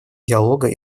диалога